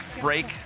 break